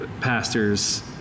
pastors